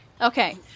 Okay